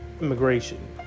immigration